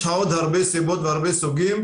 יש לכם תוכנית לגבי מה אתם יכולים לעשות עם